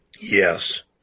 Yes